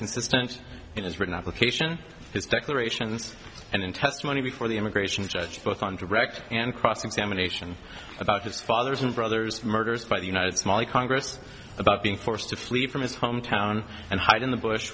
consistent in his written application his declarations and in testimony before the immigration judge both on direct and cross examination about his fathers and brothers for murders by the united smally congress about being forced to flee from his hometown and hide in the bush